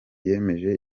yemeje